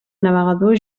navegador